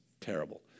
terrible